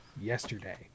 yesterday